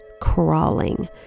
crawling